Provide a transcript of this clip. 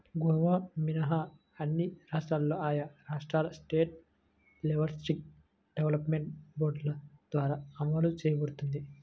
గోవా మినహా అన్ని రాష్ట్రాల్లో ఆయా రాష్ట్రాల స్టేట్ లైవ్స్టాక్ డెవలప్మెంట్ బోర్డుల ద్వారా అమలు చేయబడుతోంది